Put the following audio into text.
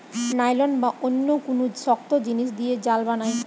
nylon বা অন্য কুনু শক্ত জিনিস দিয়ে জাল বানায়